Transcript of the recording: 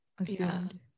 assumed